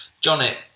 Johnny